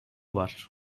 var